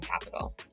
Capital